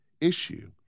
issue